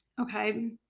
okay